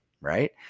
right